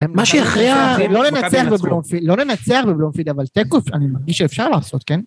מה שהכריע, לא לנצח בבלומפיל, לא לנצח בבלומפיל אבל תיקו שאני מרגיש שאפשר לעשות, כן?